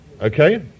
okay